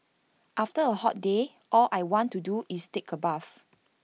after A hot day all I want to do is take A bath